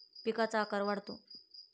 पिकांचा आकार वाढतो